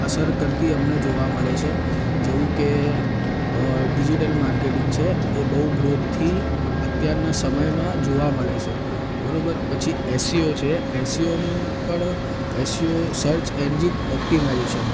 અસર કરતી અમને જોવા મળે છે જેવુ કે ડીજીટલ માર્કેટીંગ છે એ બહુ ગ્રોથથી અત્યારના સમયમાં જોવા મળે છે બરાબર પછી એસીઓ છે એસીઓનું પણ એસીઓ સર્ચ એન્જિન ઓપ્ટિમાઇઝેશન